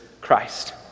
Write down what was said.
christ